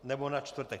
Nebo na čtvrtek.